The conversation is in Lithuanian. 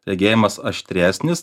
regėjimas aštresnis